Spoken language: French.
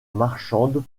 marchande